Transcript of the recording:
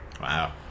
Wow